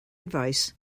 advice